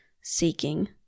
seeking